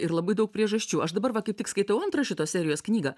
ir labai daug priežasčių aš dabar va kaip tik skaitau antrą šitos serijos knygą